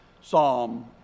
Psalm